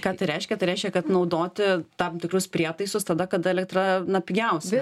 ką tai reiškia tai reiškia kad naudoti tam tikrus prietaisus tada kada elektra pigiausia